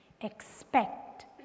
expect